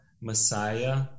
Messiah